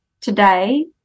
today